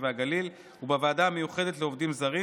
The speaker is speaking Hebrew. והגליל ובוועדה המיוחדת לעובדים זרים,